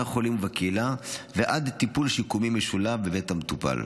החולים ובקהילה ועד לטיפול שיקומי משולב בבית המטופל.